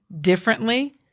differently